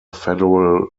federal